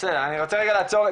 אני רוצה רגע לעצור,